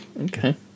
Okay